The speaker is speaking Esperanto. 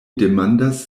demandas